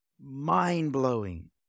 mind-blowing